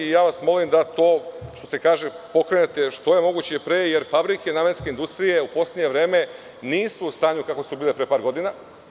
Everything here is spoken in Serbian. Molim vas, što se kaže, pokrenete što je moguće pre, jer fabrike namenske industrije u poslednje vreme nisu u stanju u kakvom su bile pre par godina.